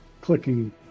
clicking